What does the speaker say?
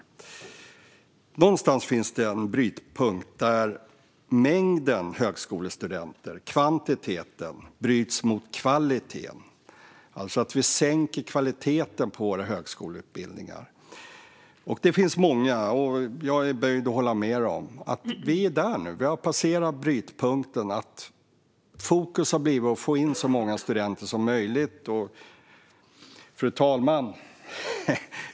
Men någonstans finns det en punkt där mängden högskolestudenter, kvantiteten, bryts mot kvaliteten och vi sänker kvaliteten på våra högskoleutbildningar. Det finns många, och jag är beredd att hålla med dem, som menar att vi är där nu. Vi har passerat brytpunkten. Fokus har hamnat på att få in så många studenter som möjligt. Fru talman!